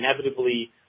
inevitably